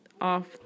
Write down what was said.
off